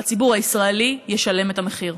והציבור הישראלי ישלם את המחיר.